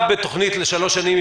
זה תוקצב בתוכנית לשלוש שנים,